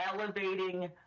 elevating